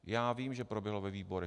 Já vím, že proběhlo ve výborech.